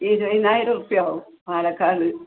ഇരുപതിനായിരം റുപ്യ ആവും പാലക്കാട്